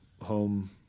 home